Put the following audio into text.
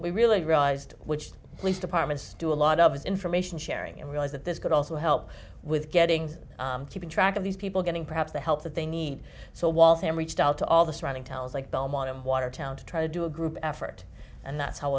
we really realized which police departments do a lot of information sharing and realize that this could also help with getting keeping track of these people getting perhaps the help that they need so waltham reached out to all the surrounding towns like belmont and watertown to try to do a group effort and that's how